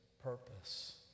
purpose